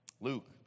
Luke